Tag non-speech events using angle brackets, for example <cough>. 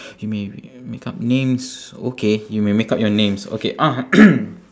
you may make up names okay you may make up your names okay uh <coughs>